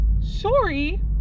Sorry